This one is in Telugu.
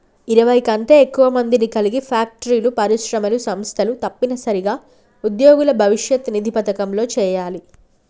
ఇరవై కంటే ఎక్కువ మందిని కలిగి ఫ్యాక్టరీలు పరిశ్రమలు సంస్థలు తప్పనిసరిగా ఉద్యోగుల భవిష్యత్ నిధి పథకంలో చేయాలి